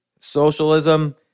socialism